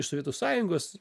iš sovietų sąjungos